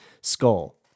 skull